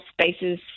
spaces